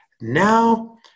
now